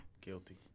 Guilty